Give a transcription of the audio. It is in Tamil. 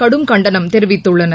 கடும் கண்டனம் தெரிவித்துள்ளனர்